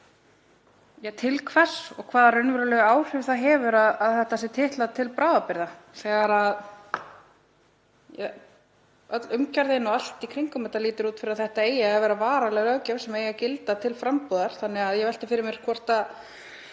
til hvers og hvaða raunverulegu áhrif það hefur að þetta sé titlað til bráðabirgða þegar öll umgjörðin og allt í kringum þetta lætur líta út fyrir að þetta eigi að vera varanleg löggjöf sem eigi að gilda til frambúðar. Því velti ég fyrir mér hvort